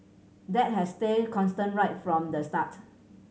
that has stayed constant right from the start